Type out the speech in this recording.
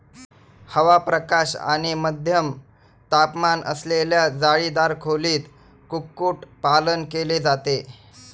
हवा, प्रकाश आणि मध्यम तापमान असलेल्या जाळीदार खोलीत कुक्कुटपालन केले जाते